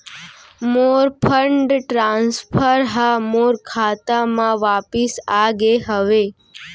मोर fund transfer हा मोर खाता मा वापिस आ गे हवे